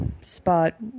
spot